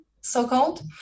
so-called